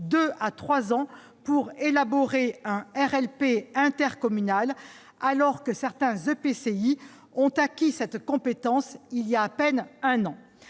deux à trois ans pour élaborer un RLP intercommunal, alors que certains EPCI ont acquis cette compétence il y a à peine un an.